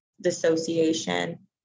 dissociation